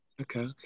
Okay